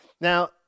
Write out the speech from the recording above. Now